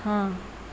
ہاں